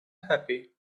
happy